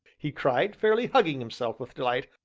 he cried, fairly hugging himself with delight.